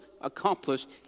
accomplished